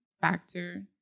factor